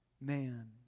man